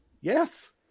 Yes